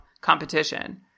competition